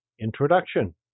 Introduction